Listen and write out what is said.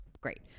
great